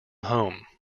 home